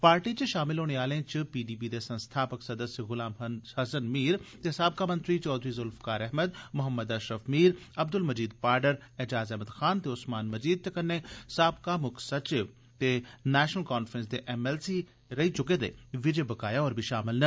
party च शामल होने आलें च पीडीपी दे संस्थापक सदस्य गुलाम हसन मीर ते साबका मंत्री चौ जुल्फिकार अहमद मोहम्मद अशरफ मीर अब्दुल मजीद पाड्डर ऐजाज़ अहमद खान ते उस्मान मजीद ते कन्नै साबका मुक्ख सचिव ते नेशनल कांफ्रेंस दे एम एल सी रेहदे विजय बकाया बी होर शामल न